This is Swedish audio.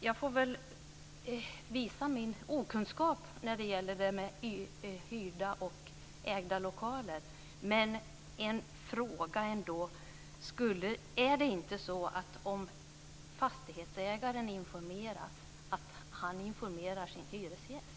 Jag får väl visa min okunskap i fråga om hyrda och ägda lokaler. Men jag har en fråga: Om fastighetsägaren informeras, informerar han inte sin hyresgäst?